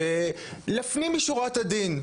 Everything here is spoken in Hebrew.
ו-״לפנים משורת הדין,